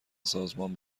سازمان